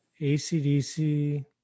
ACDC